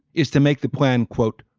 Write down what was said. is to make the plan, quote,